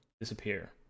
disappear